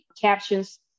captions